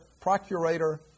procurator